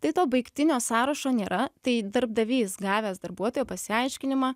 tai to baigtinio sąrašo nėra tai darbdavys gavęs darbuotojo pasiaiškinimą